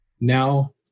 now